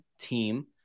team